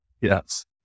Yes